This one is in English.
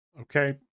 Okay